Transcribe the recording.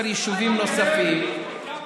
ל-11 יישובים נוספים, כמה